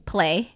Play